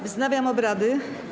Wznawiam obrady.